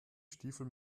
stiefel